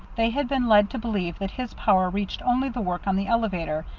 they had been led to believe that his power reached only the work on the elevator,